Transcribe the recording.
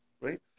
Right